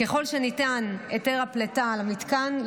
ככל שניתן היתר הפליטה למתקן,